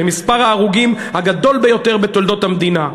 עם מספר ההרוגים הגדול ביותר בתולדות המדינה.